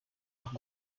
nach